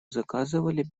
заказывали